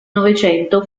novecento